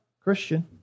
Christian